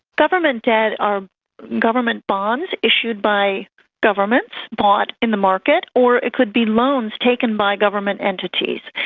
government debt are government bonds issued by governments, bought in the market. or it could be loans taken by government entities.